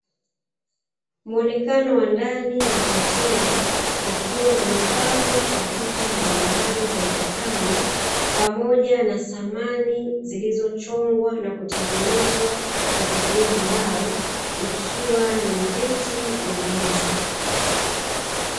Muonekano wa ndani ya hoteli, ukiwa umepambwa kwa picha mbalimbali za ukutani, pamoja na samani zilizochongwa na kutengenezwa kwa kutumia mbao, ikiwa ni viti na meza.